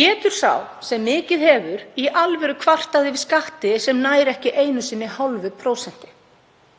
Getur sá sem mikið hefur í alvöru kvartað yfir skattahækkun sem nær ekki einu sinni hálfu